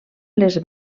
les